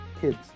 kids